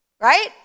Right